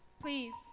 Please